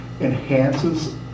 enhances